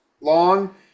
long